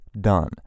done